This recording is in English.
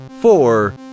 four